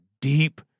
deep